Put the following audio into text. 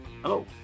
Hello